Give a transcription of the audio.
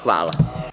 Hvala.